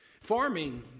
Farming